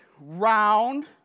round